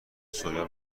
سویا